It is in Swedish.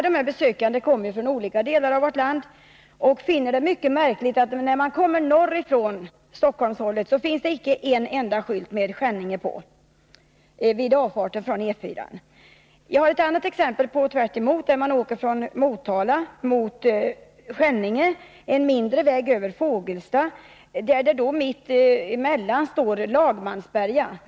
De besökande kommer från olika delar av vårt land och måste finna det mycket märkligt att det inte finns en enda skylt med namnet Skänninge vid avfarten från E 4 när man kommer norrifrån, från Stockholmshållet. Jag har ett annat exempel på det motsatta förhållandet. När man åker från Motala mot Skänninge, en mindre väg över Fågelsta, finns det mitt emellan orterna en skylt med namnet Lagmansberga.